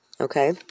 Okay